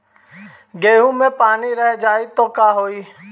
गेंहू मे पानी रह जाई त का होई?